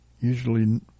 usually